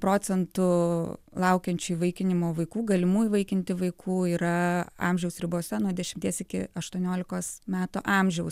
procentų laukiančių įvaikinimo vaikų galimų įvaikinti vaikų yra amžiaus ribose nuo dešimties iki aštuoniolikos metų amžiaus